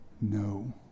No